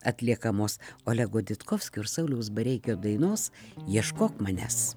atliekamos olego ditkovskio ir sauliaus bareikio dainos ieškok manęs